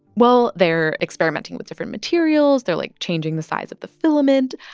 well, they're experimenting with different materials. they're, like, changing the size of the filament.